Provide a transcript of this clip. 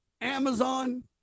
Amazon